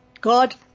God